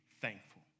thankful